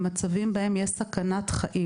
במצבים בהם יש סכנת חיים.